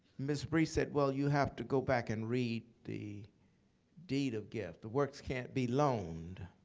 ms. bry said, well, you have to go back and read the deed of gift. the works can't be loaned.